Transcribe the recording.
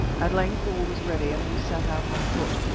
at length all was ready, and we set out on foot.